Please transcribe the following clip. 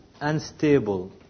unstable